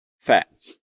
fact